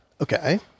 Okay